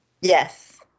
Yes